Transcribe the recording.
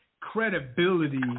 credibility